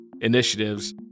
initiatives